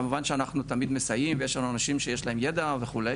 כמובן שאנחנו תמיד מסייעים ויש לנו אנשים שיש להם ידע וכו',